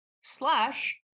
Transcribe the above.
slash